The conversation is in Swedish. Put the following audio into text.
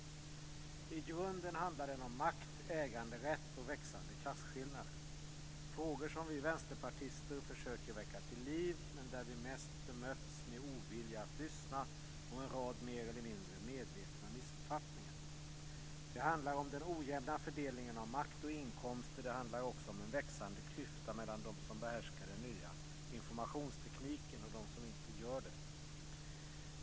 I grunden handlar frågan om makt, äganderätt och växande klasskillnader. Det är frågor som vi vänsterpartister försöker väcka till liv men där vi mest bemötts med ovilja att lyssna och en rad mer eller mindre medvetna missuppfattningar. Det handlar om den ojämna fördelningen av makt och inkomster. Det handlar också om en växande klyfta mellan dem som behärskar den nya informationstekniken och dem som inte gör det.